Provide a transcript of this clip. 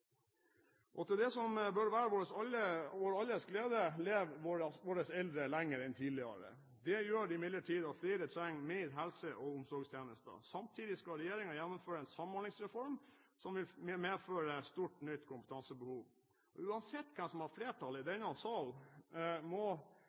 Det burde være til alles glede at våre eldre lever lenger enn tidligere. Det gjør imidlertid at flere trenger mer helse- og omsorgstjenester. Samtidig skal regjeringen gjennomføre en samhandlingsreform som vil medføre et stort, nytt kompetansebehov. Uansett hvem som har flertall i denne sal, må det der ute der de